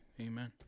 Amen